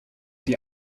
die